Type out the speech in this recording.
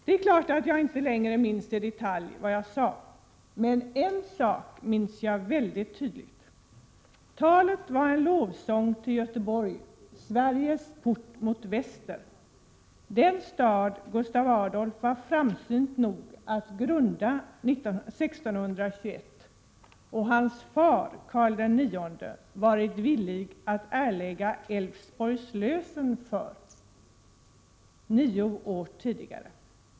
Det är klart att jag inte längre minns mitt tal i detalj, men en sak minns jag tydligt. Talet var en lovsång till Göteborg, Sveriges port mot väster — den stad som Gustaf Adolf var framsynt nog att grunda 1621 och som hans far, Karl IX, varit villig att erlägga Älvsborgs lösen för nio år tidigare.